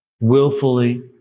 willfully